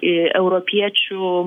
į europiečių